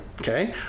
Okay